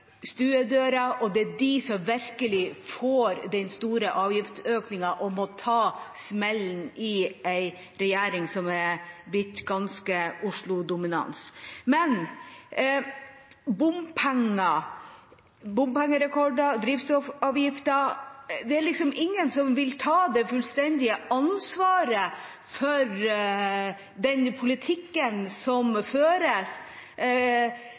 utenfor stuedøren. Det er de som virkelig får den store avgiftsøkningen og må ta smellen for en regjering som er blitt ganske Oslo-dominert. Men bompenger, bompengerekorder, drivstoffavgifter – det er liksom ingen som vil ta det fullstendige ansvaret for den politikken som føres.